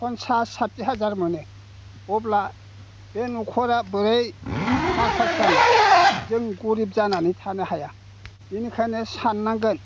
पन्सास साथि हाजार मोनो अब्ला बे न'खरा बोरै नार्भास जानो जों गोरिब जानानै थानो हाया बिनिखायनो साननांगोन